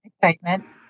Excitement